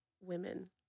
women